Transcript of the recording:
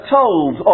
told